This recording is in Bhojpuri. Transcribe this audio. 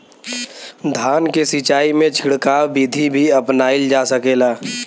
धान के सिचाई में छिड़काव बिधि भी अपनाइल जा सकेला?